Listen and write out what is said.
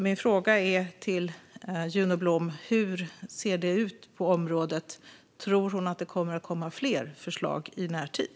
Min fråga till Juno Blom blir: Hur ser det ut på området? Tror hon att det kommer att komma fler förslag i närtid?